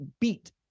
beat